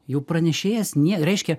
jau pranešėjas nie reiškia